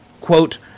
Quote